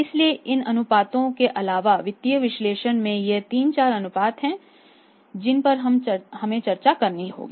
इसलिए इन अनुपातों के अलावा वित्तीय विश्लेषण में ये 3 4 अनुपात और हैं जिन पर हमें चर्चा करनी होगी